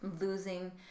losing